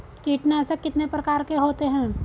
कीटनाशक कितने प्रकार के होते हैं?